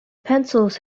pencils